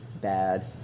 Bad